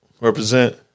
Represent